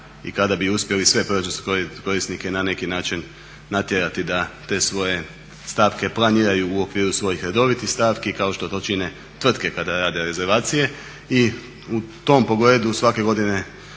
i kada bi uspjeli sve proračunske korisnike na neki način natjerati da te svoje stavke planiraju u okviru svojih redovitih stavki kao što to čine tvrtke kada rade rezervacije. I u tom pogledu svake godine